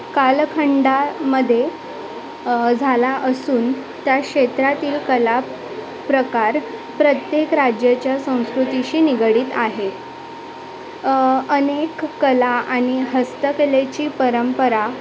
कालखंडामध्ये झाला असून त्या क्षेत्रातील कला प्रकार प्रत्येक राज्याच्या संस्कृतीशी निगडीत आहे अनेक कला आणि हस्तकलेची परंपरा